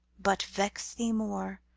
but vex thee more,